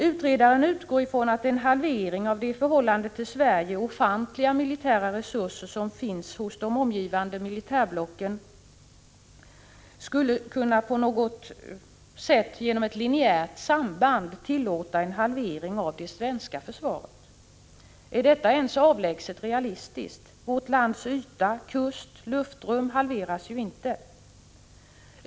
Utredaren utgår ifrån att en halvering av de i förhållande till Sverige ofantliga militära resurser som finns hos de omgivande militärblocken, genom ett lineärt samband på något sätt skulle kunna tillåta en halvering av det svenska försvaret. Är detta ens avlägset realistiskt? Vårt lands yta, kust, luftrum halveras ju inte.